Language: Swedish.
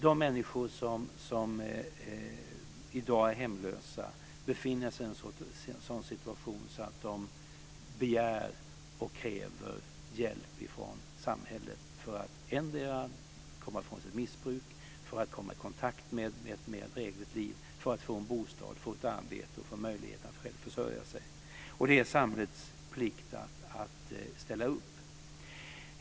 De människor som i dag är hemlösa befinner sig i en sådan situation att de begär och kräver hjälp från samhället för att endera komma ifrån sitt missbruk, för att komma i kontakt med ett mer drägligt liv, för att få en bostad, ett arbete och möjlighet att försörja sig själv. Det är samhällets plikt att ställa upp.